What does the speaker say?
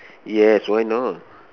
yes why not